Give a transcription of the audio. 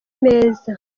meza